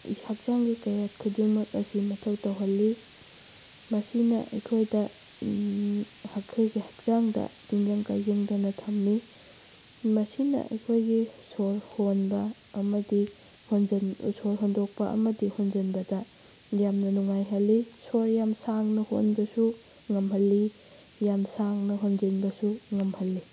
ꯍꯛꯆꯥꯡꯒꯤ ꯀꯌꯥꯠ ꯈꯨꯗꯤꯡꯃꯛ ꯑꯁꯤ ꯃꯊꯧ ꯇꯧꯍꯜꯂꯤ ꯃꯁꯤꯅ ꯑꯩꯈꯣꯏꯗ ꯑꯩꯈꯣꯏꯒꯤ ꯍꯛꯆꯥꯡꯗ ꯇꯤꯟꯖꯪ ꯀꯥꯏꯖꯪꯗꯅ ꯊꯝꯃꯤ ꯃꯁꯤꯅ ꯑꯩꯈꯣꯏꯒꯤ ꯁꯣꯔ ꯍꯣꯟꯕ ꯑꯃꯗꯤ ꯍꯣꯟꯖꯟ ꯁꯣꯔ ꯍꯣꯟꯗꯣꯛꯄ ꯑꯃꯗꯤ ꯍꯣꯟꯖꯟꯕꯗ ꯌꯥꯝꯅ ꯅꯨꯡꯉꯥꯏꯍꯜꯂꯤ ꯁꯣꯔ ꯌꯥꯝ ꯁꯥꯡꯅ ꯍꯣꯟꯕꯁꯨ ꯉꯝꯍꯜꯂꯤ ꯌꯥꯝ ꯁꯥꯡꯅ ꯍꯣꯟꯖꯤꯟꯕꯁꯨ ꯉꯝꯍꯜꯂꯤ